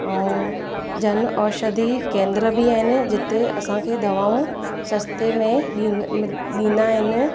ऐं जनऔषधि केंद्र बि आहिनि जिते असांखे दवाऊं सस्ते में ॾींद ॾींदा आहिनि